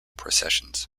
processions